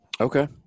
Okay